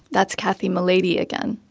that's kathy mulady again.